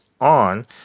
on